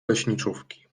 leśniczówki